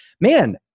man